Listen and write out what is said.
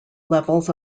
levels